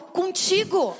contigo